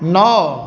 नओ